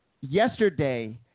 Yesterday